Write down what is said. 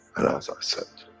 and as i said,